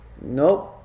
Nope